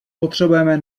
potřebujeme